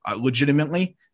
legitimately